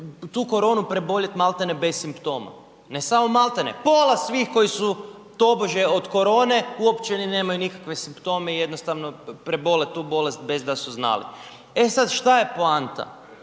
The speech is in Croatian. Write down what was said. tu koronu preboljet maltene bez simptoma. Ne samo maltene, pola svih koji su tobože od korone uopće ni nemaju nikakve simptome i jednostavno prebole tu bolest bez da su znali. E sada šta je poanta?